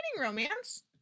romance